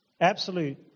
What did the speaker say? absolute